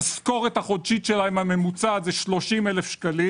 המשכורת החודשית הממוצעת שלהם 30,000 שקלים.